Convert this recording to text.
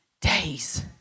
days